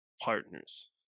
partners